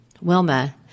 Wilma